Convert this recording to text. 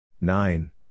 Nine